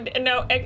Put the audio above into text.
no